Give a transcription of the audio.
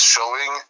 Showing